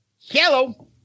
Hello